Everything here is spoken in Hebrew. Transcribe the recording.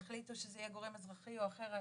תחליטו שזה יהיה גורם אזרחי או אחר,